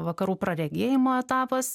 vakarų praregėjimo etapas